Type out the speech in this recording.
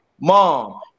mom